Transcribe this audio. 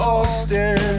Austin